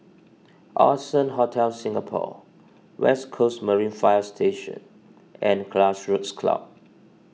Allson Hotel Singapore West Coast Marine Fire Station and Grassroots Club